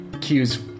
cues